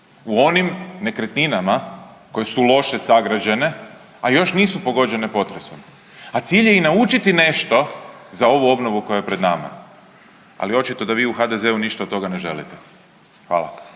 u onim nekretninama koje su loše sagrađene, a još nisu pogođene potresom. A cilj je i naučiti nešto za ovu obnovu koja je pred nama. Ali očito da vi u HDZ-u ništa od toga ne želite. Hvala.